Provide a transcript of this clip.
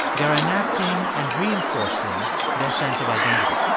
they're enacting and reinforcing their sense of identity.